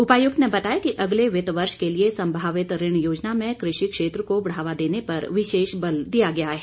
उपायुक्त ने बताया कि अगले वित्त वर्ष के लिए संभावित ऋण योजना में कृषि क्षेत्र को बढ़ावा देने पर विशेष बल दिया गया है